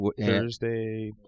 Thursday